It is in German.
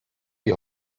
die